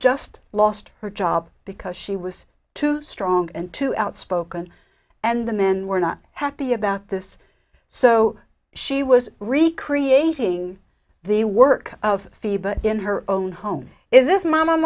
just lost her job because she was too strong and too outspoken and the men were not happy about this so she was recreating the work of fi but in her own home is